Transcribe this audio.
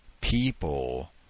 people